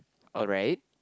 alright